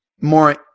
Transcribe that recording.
more